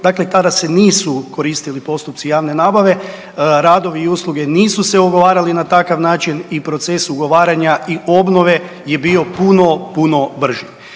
Dakle kada se nisu koristili postupci javne nabave radovi i usluge nisu se ugovarali na takav način i proces ugovaranja i obnove je bio puno, puno brži.